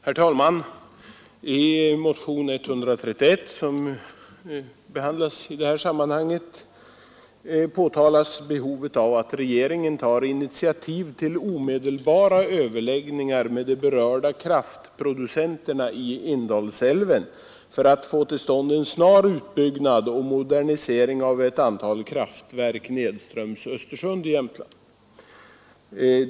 Herr talman! I motionen 131, som behandlas i det här sammanhanget, påtalas behovet av att regeringen tar initiativ till omedelbara överläggningar med de berörda kraftproducenterna i Indalsälven för att få till stånd en snar utbyggnad och modernisering av ett antal kraftverk nedströms Östersund i Jämtland.